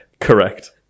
Correct